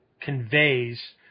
conveys